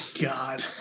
God